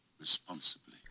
responsibly